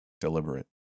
Deliberate